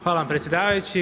Hvala vam predsjedavajući.